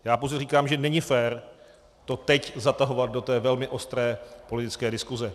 Já pouze říkám, že není fér to teď zatahovat do té velmi ostré politické diskuze.